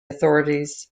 authorities